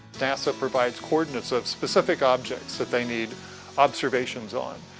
nasa provides coordinates of specific objects that they need observations on.